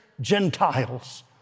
Gentiles